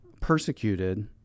persecuted